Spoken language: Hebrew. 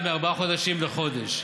ירד מארבעה חודשים לחודש.